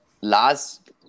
last